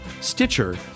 Stitcher